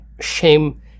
shame